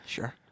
Sure